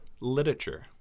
Literature